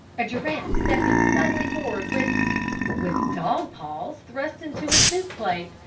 a giraffe stepping suddenly forward with with dog-paws thrust into his soup plate.